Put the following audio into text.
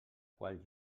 qual